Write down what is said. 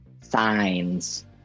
signs